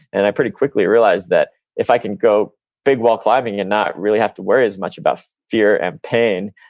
and i pretty quickly realized that if i can go big wall climbing and not really have to worry as much about fear and pain,